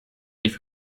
die